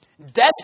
desperate